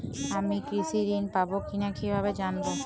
আমি কৃষি ঋণ পাবো কি না কিভাবে জানবো?